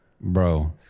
Bro